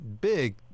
big